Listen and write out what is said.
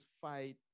fight